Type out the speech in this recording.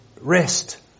rest